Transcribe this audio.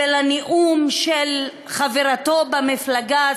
ולנאום של חברתו למפלגה,